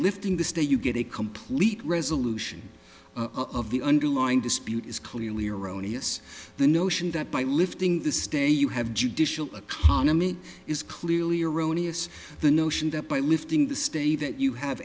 lifting the stay you get a complete resolution of the underlying dispute is clearly erroneous the notion that by lifting the state you have judicial economy is clearly erroneous the notion that by lifting the stay that you have